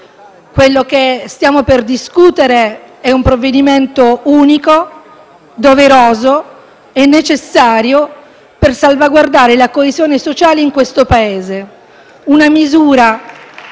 Quello che stiamo per discutere è un provvedimento unico, doveroso e necessario per salvaguardare la coesione sociale in questo Paese. *(Applausi